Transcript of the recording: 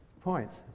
points